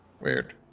Weird